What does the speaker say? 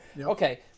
Okay